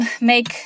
make